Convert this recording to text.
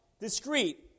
discreet